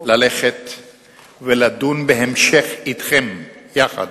לדון בהמשך, אתכם יחד,